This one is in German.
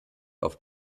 auf